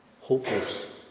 hopeless